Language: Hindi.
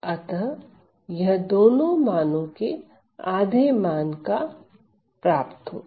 अतःयह दोनों मानो के आधे मान को प्राप्त करता है